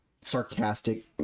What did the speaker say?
sarcastic